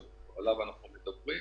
שעליו אנחנו מדברים,